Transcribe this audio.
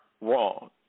wrong